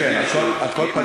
כולל עד,